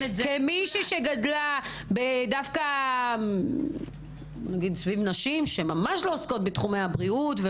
כמי שגדלה דווקא סביב נשים שממש לא עוסקות בתחומי הבריאות,